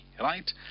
right